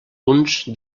punts